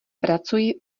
pracuji